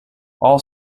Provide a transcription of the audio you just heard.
all